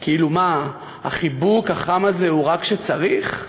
כאילו מה, החיבוק החם הזה הוא רק כשצריך?